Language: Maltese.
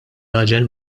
raġel